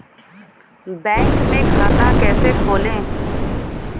Bank में खाता कैसे खोलें?